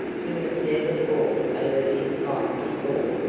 you have never fought a losing fight before,